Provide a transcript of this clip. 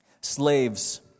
Slaves